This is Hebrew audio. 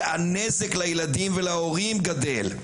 והנזק לילדים ולהורים גדל.